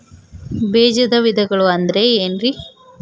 ಬೇಜದ ವಿಧಗಳು ಅಂದ್ರೆ ಏನ್ರಿ?